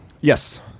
Yes